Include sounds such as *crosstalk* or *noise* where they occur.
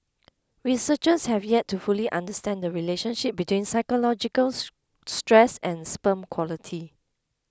researchers have yet to fully understand the relationship between psychological *unintelligible* stress and sperm quality